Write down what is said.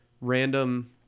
random